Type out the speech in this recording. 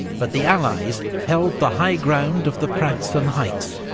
but the allies held the high ground of the pratzen heights,